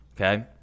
okay